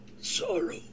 sorrow